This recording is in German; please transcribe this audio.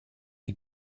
die